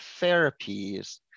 therapies